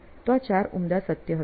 તો આ ચાર ઉમદા સત્ય હતા